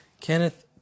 Kenneth